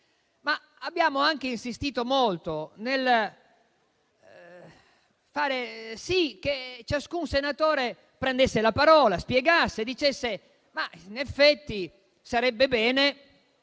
abbiamo anche insistito molto per far sì che ciascun senatore prendesse la parola, spiegasse, dicesse che in effetti sarebbe bene